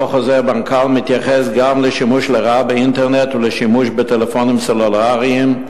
מתייחס גם לשימוש לרעה באינטרנט ובטלפונים סלולריים.